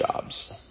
jobs